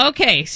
Okay